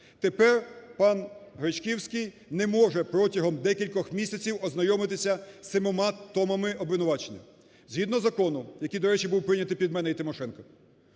Тепер пан Гречківський не може протягом декількох місяців ознайомитися з 7-ма томами обвинувачення. Згідно закону, який, до речі, був прийнятий під мене і Тимошенко,